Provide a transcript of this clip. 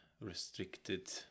restricted